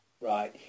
Right